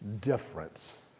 difference